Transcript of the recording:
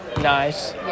Nice